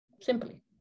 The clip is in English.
Simply